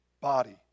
body